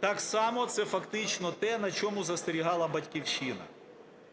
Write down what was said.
Так само це фактично те, на чому застерігала "Батьківщина".